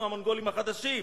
אנחנו המונגולים החדשים.